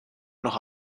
noch